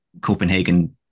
Copenhagen